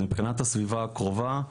אז מבחינת הסביבה הקרובה,